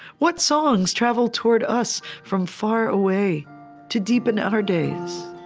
what songs travel toward us from far away to deepen our days?